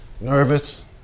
nervous